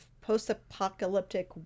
post-apocalyptic